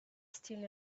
still